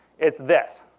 it's this.